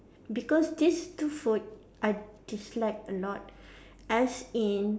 because this two food I dislike a lot as in